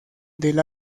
del